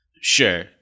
Sure